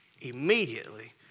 Immediately